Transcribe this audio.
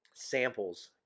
Samples